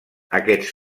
aquests